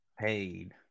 Paid